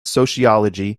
sociology